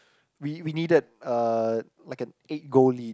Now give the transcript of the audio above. we we needed uh like an eight goal lead